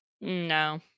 No